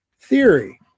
theory